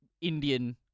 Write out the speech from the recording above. Indian